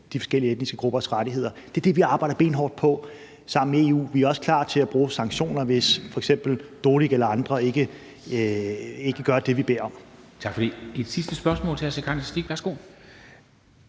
de forskellige etniske gruppers rettigheder. Det er det, vi arbejder benhårdt på sammen med EU. Vi er også klar til at bruge sanktioner, hvis f.eks. Dodik eller andre ikke gør det, vi beder om. Kl. 13:08 Formanden (Henrik Dam Kristensen):